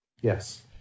Yes